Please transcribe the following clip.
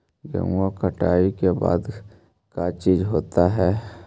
गेहूं कटाई के बाद का चीज होता है?